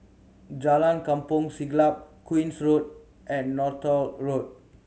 Jalan Kampong Siglap Queen's Road and Northolt Road